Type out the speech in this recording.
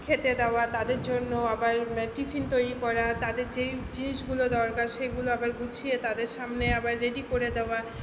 খেতে দেওয়া তাদের জন্য আবার টিফিন তৈরি করা তাদের যেই জিনিসগুলো দরকার সেইগুলো আবার গুছিয়ে তাদের সামনে আবার রেডি করে দেওয়া